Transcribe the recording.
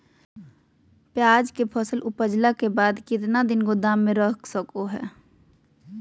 प्याज के फसल उपजला के बाद कितना दिन गोदाम में रख सको हय?